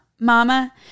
Mama